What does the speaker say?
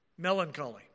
Melancholy